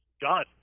done